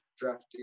drafting